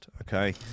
okay